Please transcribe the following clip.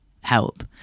help